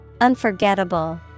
Unforgettable